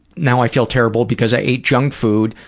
now i feel terrible because i ate junk food,